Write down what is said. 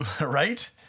Right